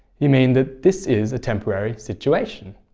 you mean that this is a temporary situation.